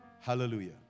Hallelujah